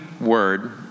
word